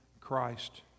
Christ